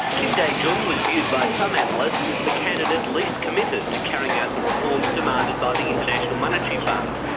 kim dae jung was viewed by some analysts as the candidate least committed to carrying out the reforms demanded by the international monetary fund,